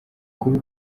kuba